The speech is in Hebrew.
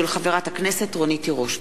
הצעתה של חברת הכנסת רונית תירוש.